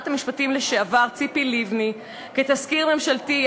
המשפטים לשעבר ציפי לבני כתזכיר ממשלתי,